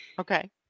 Okay